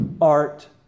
art